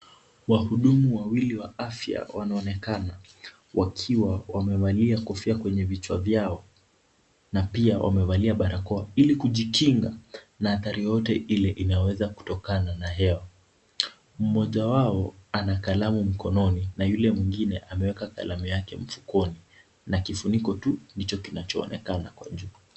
Wahudumu wawili wa afya wanaonekana wakiwa wamevalia kofia kwenye vichwa vyao na pia wamevalia barakoa ili kujikinga na athari yoyote ile inaweza tokana na hewa. Mmoja wao ana kalamu mkononi na yule mwingine ameweka kalamu yake mfukoni na kifuniko tu ndicho kinachoonekana kwa juu.